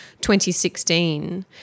2016